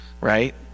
right